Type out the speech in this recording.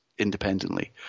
Independently